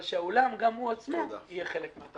אבל שהאולם, גם הוא עצמו יהיה חלק מן התחרות.